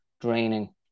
draining